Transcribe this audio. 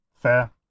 Fair